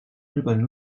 日本